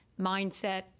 mindset